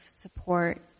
support